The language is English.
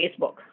Facebook